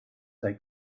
they